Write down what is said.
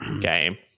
game